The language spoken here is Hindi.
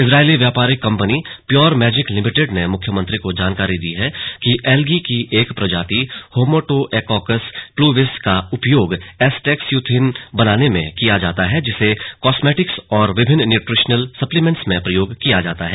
इस्राइली व्यापारिक कम्पनी प्योरमैजिक लिमिटेड ने मुख्यमंत्री को जानकारी दी कि एलगी की एक प्रजाति होमोटोअकोकस प्लूविलिस का उपयोग एसटेक्सउथीन बनाने में किया जाता है जिसे कॉस्मेटिक्स और विभिन्न न्यूट्रिशनल सप्लीमेन्ट में प्रयोग किया जाता है